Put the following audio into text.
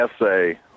essay